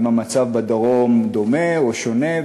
אם המצב בדרום דומה או שונה,